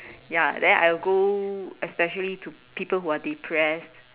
ya then I'll go especially to people who are depressed